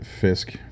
Fisk